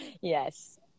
Yes